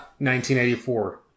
1984